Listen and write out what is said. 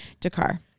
Dakar